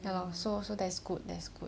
ya lor so so that's good that's good